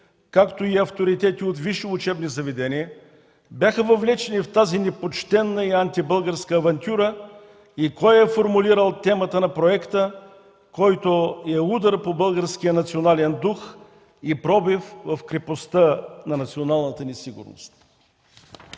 както и авторитети от висши учебни заведения бяха въвлечени в тази непочтена и антибългарска авантюра? Кой е формулирал темата на проекта, който е удар по българския национален дух и пробив в крепостта на националната ни сигурност?